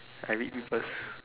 I read papers